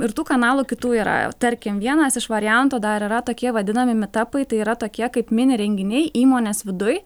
ir tų kanalų kitų yra tarkim vienas iš varianto dar yra tokie vadinami mitapai tai yra tokie kaip mini renginiai įmonės viduj